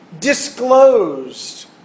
disclosed